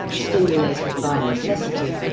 stimulated by necessity,